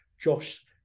Josh